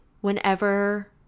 whenever